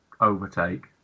overtake